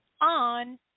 on